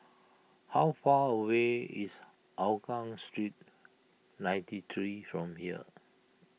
how far away is Hougang Street ninety three from here